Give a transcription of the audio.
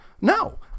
No